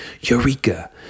Eureka